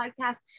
Podcast